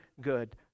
good